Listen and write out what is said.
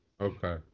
Okay